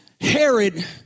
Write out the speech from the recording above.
Herod